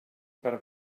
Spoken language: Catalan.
per